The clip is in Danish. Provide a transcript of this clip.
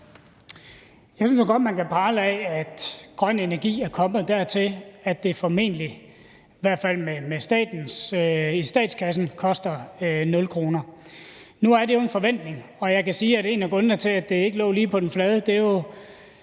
Jeg synes nu godt, at man kan prale af, at grøn energi er kommet dertil, at det formentlig i statskassen koster nul kroner. Nu er det jo en forventning, og jeg kan sige, at en af grundene til, at det ikke lå lige på den flade,